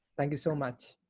thank you so much.